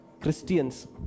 Christians